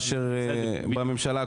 מאשר בממשלה הקודמת.